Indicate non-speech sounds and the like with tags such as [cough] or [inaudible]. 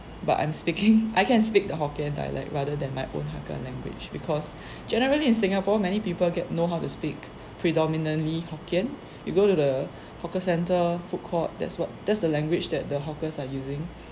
but I'm speaking [laughs] I can speak hokkien dialect rather than my own hakka language because generally in singapore many people get know how to speak predominantly hokkien you go to the hawker centre food court that's what that's the language that the hawkers are using